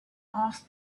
asked